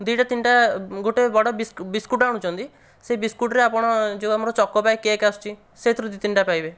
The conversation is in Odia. ଦୁଇଟା ତିନିଟା ଗୋଟିଏ ବଡ଼ ବିସ୍କୁଟ୍ ଆଣୁଛନ୍ତି ସେ ବିସ୍କୁଟ୍ ରେ ଆପଣ ଯେଉଁ ଆମର ଚକୋପାଏ କେକ୍ ଆସୁଛି ସେଇଥିରୁ ଦୁଇ ତିନିଟା ପାଇବେ